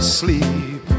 sleep